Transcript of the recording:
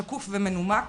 שקוף ומנומק.